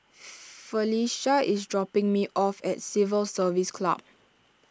Phylicia is dropping me off at Civil Service Club